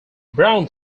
brown